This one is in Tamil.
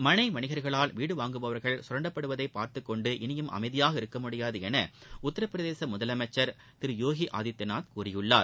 மனை வணிகர்களால் வீடு வாங்குபவர்கள் சுரண்டப்படுவதை பார்த்துக் கொண்டு இனியும் அமைதியாக இருக்க முடியாது என உத்தரப் பிரதேச முதலமைச்சர் திரு யோகி ஆதித்தியநாத் கூறியுள்ளார்